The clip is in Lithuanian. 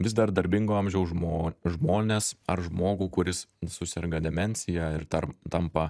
vis dar darbingo amžiaus žmo žmones ar žmogų kuris suserga demencija ir dar tampa